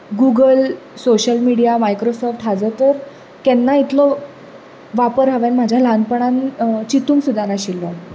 Google social media Microsoft हाचो तर केन्ना इतलो वापर हावें म्हज्या ल्हानपणांत चिंतूंक सुद्दां नाशिल्लो